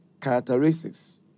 characteristics